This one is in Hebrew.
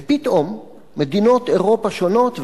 ופתאום מדינות אירופה שונות,